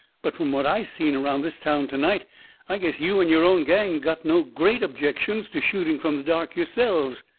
but from what i seen around this town to-night i guess you and your own gang got no great objections to shooting from the dark yourselves.